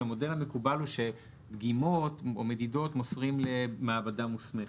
המודל המקובל הוא שדגימות או מדידות מוסרים למעבדה מוסמכת.